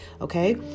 Okay